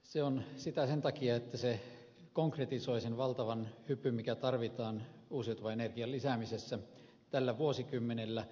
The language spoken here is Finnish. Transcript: se on sitä sen takia että se konkretisoi sen valtavan hypyn mikä tarvitaan uusiutuvan energian lisäämisessä tällä vuosikymmenellä